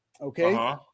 Okay